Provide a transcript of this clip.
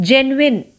Genuine